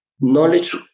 knowledge